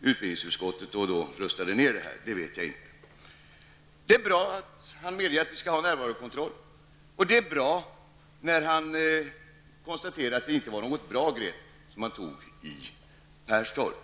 utbildningsutskottet och då röstade ned detta förslag. Det är också bra att Göran Persson medger att det också skall vara närvarokontroll. Och det är bra när han konstaterar att det inte var något bra grepp som man tog i Perstorp.